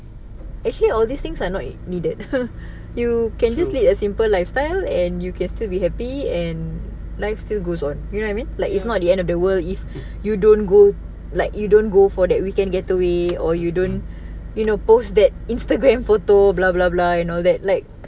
actually all these things are not needed you can just lead a simple lifestyle and you can still be happy and life still goes on you know what I mean like it's not the end of the world if you don't go like you don't go for that weekend getaway or you don't you know post that instagram photo blah blah blah and all that like